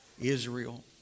Israel